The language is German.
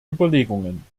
überlegungen